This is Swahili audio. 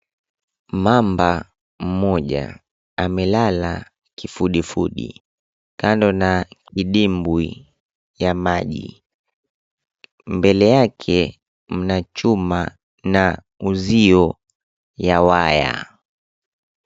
Mamba mmoja amelala kifudifudi kando na kidimbwi ya maji. Mbele yake mna chuma na uzio ya waya.